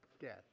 death